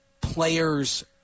players